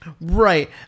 Right